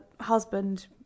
husband